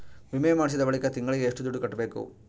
ವಿಮೆ ಮಾಡಿಸಿದ ಬಳಿಕ ತಿಂಗಳಿಗೆ ಎಷ್ಟು ದುಡ್ಡು ಕಟ್ಟಬೇಕು?